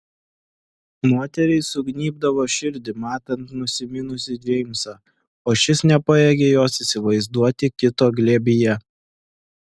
moteriai sugnybdavo širdį matant nusiminusį džeimsą o šis nepajėgė jos įsivaizduoti kito glėbyje